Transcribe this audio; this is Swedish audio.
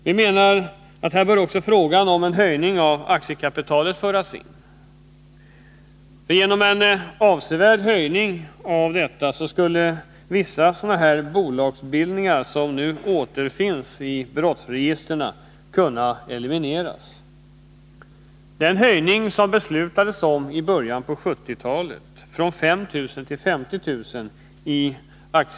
Vi menar att här bör också frågan om en höjning av aktiekapitalet föras in. Genom en avsevärd höjning av aktiekapitalet skulle vissa sådana bolagsbildningar som nu återfinns i brottsregistren kunna elimineras. I början på 1970-talet fattade riksdagen beslut om en höjning av aktiekapitalet från 5 000 till 50 000 kr.